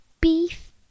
beef